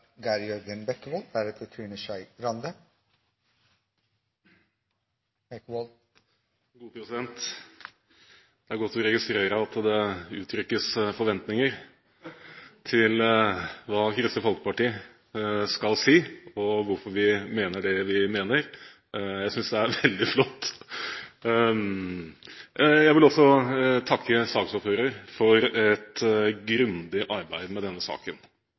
Det er godt å registrere at det uttrykkes forventninger til hva Kristelig Folkeparti skal si og hvorfor vi mener det vi mener. Jeg synes det er veldig flott! Jeg vil også takke saksordføreren for et grundig arbeid med denne